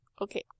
Okay